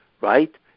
right